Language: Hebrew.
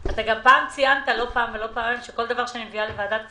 אתה גם ציינת לא פעם ולא פעמיים שכל דבר שאני מביאה לוועדת כספים,